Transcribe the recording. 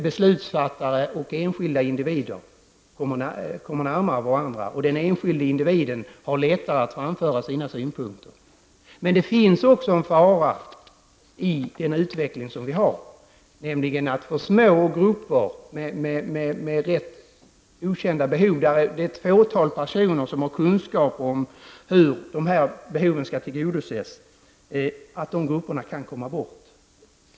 Beslutsfattare och enskilda individer kommer närmare varandra, och den enskilde individen har då lättare att framföra sina synpunkter. Men det finns också en fara i den utveckling som pågår, nämligen att små grupper med rätt okända behov, där bara ett fåtal personer har kunskap om hur dessa behov skall tillgodoses, så att säga kan komma bort.